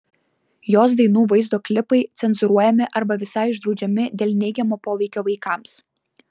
jos dainų vaizdo klipai cenzūruojami arba visai uždraudžiami dėl neigiamo poveikio vaikams